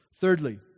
thirdly